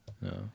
No